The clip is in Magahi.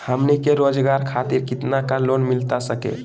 हमनी के रोगजागर खातिर कितना का लोन मिलता सके?